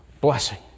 blessing